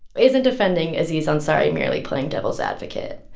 isn't defending aziz ansari merely playing devil's advocate?